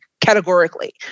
categorically